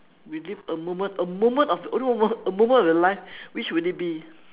relive a moment a moment of a moment a moment of your life which would it be